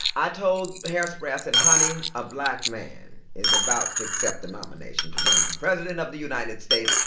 i told hairspray, i said, honey, a black man is about to accept the nomination to run for president of the united states,